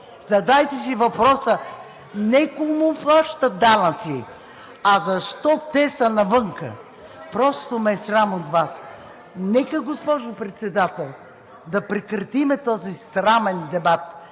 Задайте си въпроса не кому плащат данъци, а защо те са навънка? Просто ме е срам от Вас. Госпожо Председател, нека да прекратим този срамен дебат,